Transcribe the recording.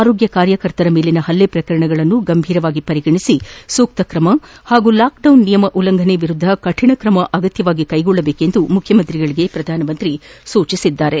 ಆರೋಗ್ಯ ಕಾರ್ಯಕರ್ತರ ಮೇಲಿನ ಹಲ್ಲೆ ಪ್ರಕರಣಗಳನ್ನು ಗಂಭೀರವಾಗಿ ಪರಿಗಣಿಸಿ ಸೂಕ್ತ ಕ್ರಮ ಹಾಗೂ ಲಾಕ್ಡೌನ್ ನಿಯಮ ಉಲ್ಲಂಘನೆ ವಿರುದ್ಧ ಕಠಿಣ ಕ್ರಮ ಅಗತ್ಯ ಎಂದು ಮುಖ್ಯಮಂತ್ರಿಗಳಿಗೆ ಪ್ರಧಾನಿ ಮೋದಿ ಸೂಚಿಸಿದರು